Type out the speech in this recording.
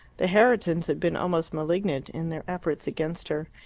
the herritons had been almost malignant in their efforts against her,